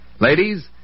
Ladies